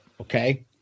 Okay